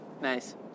Nice